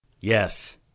yes